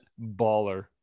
baller